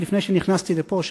וחבל